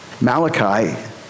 Malachi